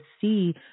see